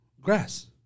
grass